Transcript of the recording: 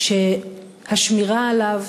שהשמירה עליו